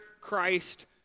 Christ